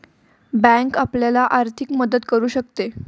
bank आपल्याला आर्थिक मदत करू शकते